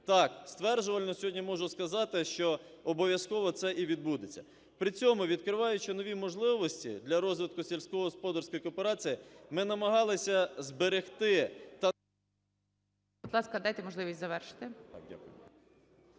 Так, стверджувально сьогодні можу сказати, що обов'язково це і відбудеться. При цьому, відкриваючі нові можливості для розвитку сільськогосподарської кооперації, ми намагалися зберегти та… ГОЛОВУЮЧИЙ. Будь ласка, дайте можливість завершити.